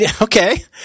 Okay